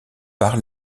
par